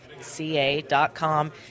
ca.com